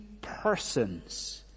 persons